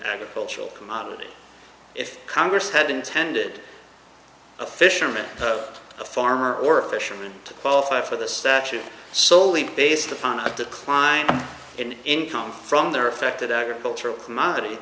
agricultural commodity if congress had intended a fisherman a farmer or a fisherman to qualify for the statue soley based upon a decline in income from their affected agricultural commodity